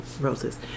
roses